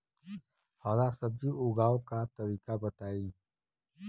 हरा सब्जी उगाव का तरीका बताई?